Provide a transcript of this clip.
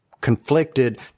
conflicted